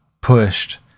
pushed